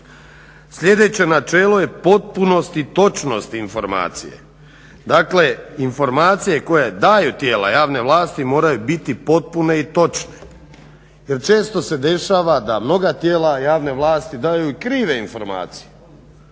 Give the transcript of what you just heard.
Sljedeće načelo je potpunost i točnost informacije. Dakle informacije koje daju tijela javne vlasti moraju biti potpune i točne. Jer često se dešava da mnoga tijela javne vlasti daju i krive informacije